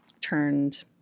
turned